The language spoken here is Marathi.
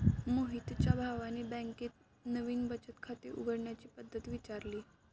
मोहितच्या भावाने बँकेत नवीन बचत खाते उघडण्याची पद्धत विचारली